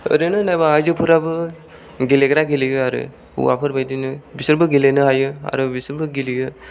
ओरैनो नायबा आयजोफोराबो गेलेग्राया गेलेयो आरो हौवाफोरबायदिनो बिसोरबो गेलेनो हायो आरो बिसोरबो गेलेयो